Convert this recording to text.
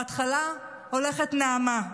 בהתחלה הולכת נעמה,